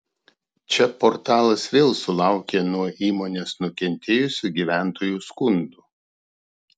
čia portalas vėl sulaukė nuo įmonės nukentėjusių gyventojų skundų